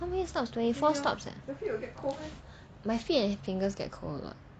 how many stops twenty four stops leh my feet and fingers get cold lah